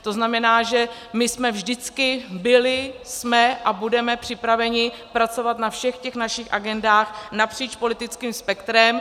To znamená, že my jsme vždycky byli, jsme a budeme připraveni pracovat na všech těch našich agendách napříč politickým spektrem.